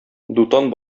дутан